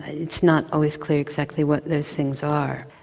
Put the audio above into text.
it's not always clear exactly what those things are.